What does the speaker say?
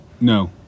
No